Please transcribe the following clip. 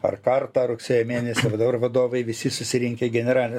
ar kartą rugsėjo mėnesį va davar vadovai visi susirinkę generalinė